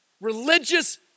Religious